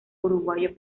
uruguayo